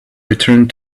returned